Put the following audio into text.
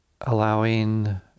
Allowing